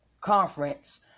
conference